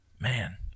man